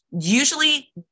Usually